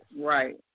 right